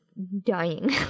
Dying